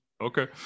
Okay